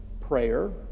prayer